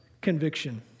conviction